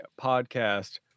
podcast